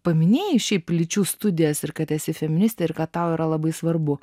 paminėjai šiaip lyčių studijas ir kad esi feministė ir kad tau yra labai svarbu